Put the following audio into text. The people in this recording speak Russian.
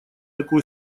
такой